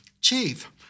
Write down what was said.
Chief